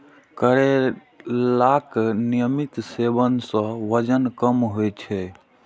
करैलाक नियमित सेवन सं वजन कम होइ छै